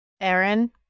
Aaron